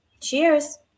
Cheers